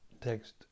Text